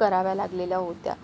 कराव्या लागलेल्या होत्या